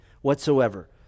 whatsoever